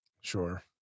Sure